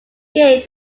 gave